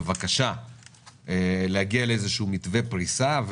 בבקשה להגיע למתווה פריסה.